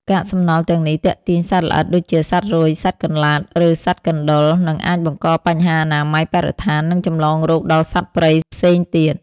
កាកសំណល់ទាំងនេះទាក់ទាញសត្វល្អិតដូចជាសត្វរុយ សត្វកន្លាត ឬសត្វកណ្ដុរ និងអាចបង្កបញ្ហាអនាម័យ បរិស្ថាន និងចម្លងរោគដល់សត្វព្រៃផ្សេងទៀត។